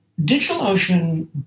DigitalOcean